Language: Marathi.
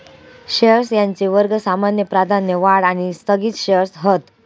शेअर्स यांचे वर्ग सामान्य, प्राधान्य, वाढ आणि स्थगित शेअर्स हत